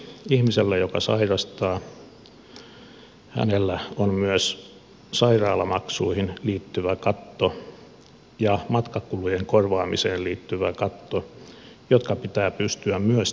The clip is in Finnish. ihmisellä joka sairastaa on myös sairaalamaksuihin liittyvä katto ja matkakulujen korvaamiseen liittyvä katto jotka pitää pystyä myös täyttämään